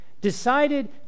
decided